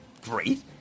great